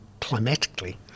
climatically